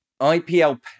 IPL